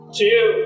two